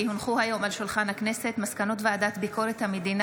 כי הונחו היום על שולחן הכנסת מסקנות ועדת ביקורת המדינה